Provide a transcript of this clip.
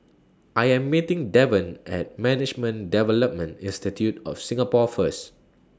I Am meeting Devon At Management Development Institute of Singapore First